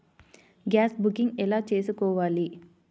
Gas booking ఎలా చేసుకోవాలి?